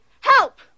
help